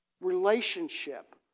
Relationship